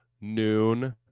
noon